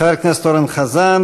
חבר הכנסת אורן חזן,